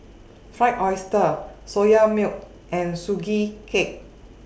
Fried Oyster Soya Milk and Sugee Cake